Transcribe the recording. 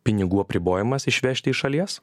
pinigų apribojimas išvežti iš šalies